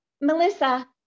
Melissa